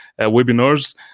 webinars